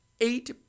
eight